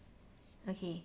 okay